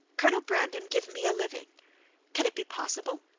colonel brandon give me a living can it be possible?